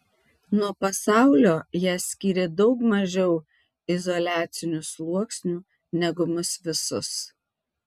nuo pasaulio ją skyrė daug mažiau izoliacinių sluoksnių negu mus visus